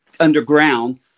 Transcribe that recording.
underground